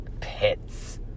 Pets